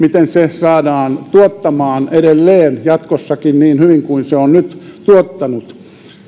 saadaan tuottamaan edelleen jatkossakin niin hyvin kuin se on nyt tuottanut